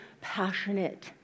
passionate